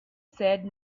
said